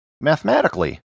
Mathematically